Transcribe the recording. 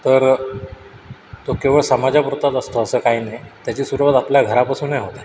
तर तो केवळ समाजापुरताच असतो असं काय नाही त्याची सुरुवात आपल्या घरापासूनही होते